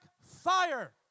fire